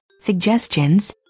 suggestions